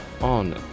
on